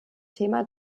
thema